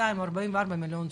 42-44 מיליון שקל.